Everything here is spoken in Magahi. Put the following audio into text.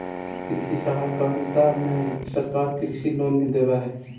कृषि सहकारिता में सरकार कृषि लोन भी देब हई